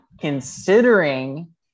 considering